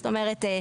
זאת אומרת,